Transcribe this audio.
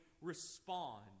respond